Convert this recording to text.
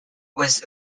was